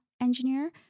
engineer